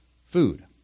food